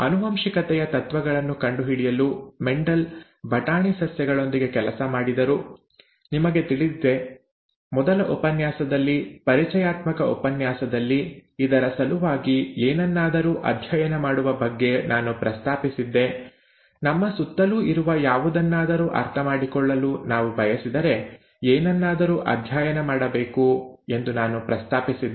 ಆನುವಂಶಿಕತೆಯ ತತ್ವಗಳನ್ನು ಕಂಡುಹಿಡಿಯಲು ಮೆಂಡೆಲ್ ಬಟಾಣಿ ಸಸ್ಯಗಳೊಂದಿಗೆ ಕೆಲಸ ಮಾಡಿದರು ನಿಮಗೆ ತಿಳಿದಿದೆ ಮೊದಲ ಉಪನ್ಯಾಸದಲ್ಲಿ ಪರಿಚಯಾತ್ಮಕ ಉಪನ್ಯಾಸದಲ್ಲಿ ಇದರ ಸಲುವಾಗಿ ಏನನ್ನಾದರೂ ಅಧ್ಯಯನ ಮಾಡುವ ಬಗ್ಗೆ ನಾನು ಪ್ರಸ್ತಾಪಿಸಿದ್ದೆ ನಮ್ಮ ಸುತ್ತಲೂ ಇರುವ ಯಾವುದನ್ನಾದರೂ ಅರ್ಥಮಾಡಿಕೊಳ್ಳಲು ನಾವು ಬಯಸಿದರೆ ಏನನ್ನಾದರೂ ಅಧ್ಯಯನ ಮಾಡಬೇಕು ಎಂದು ನಾನು ಪ್ರಸ್ತಾಪಿಸಿದ್ದೆ